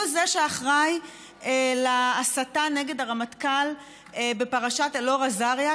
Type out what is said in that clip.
הוא שאחראי להסתה נגד הרמטכ"ל בפרשת אלאור אזריה,